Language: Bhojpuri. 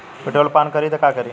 पेट्रोल पान करी त का करी?